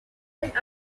that